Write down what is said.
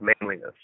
manliness